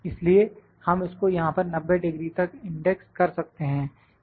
इसलिए हम इसको यहां पर 90 डिग्री तक इंडेक्स कर सकते हैं